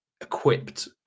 equipped